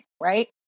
right